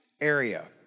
area